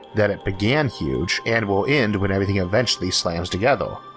that it began huge and will end when everything eventually slams together.